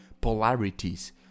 polarities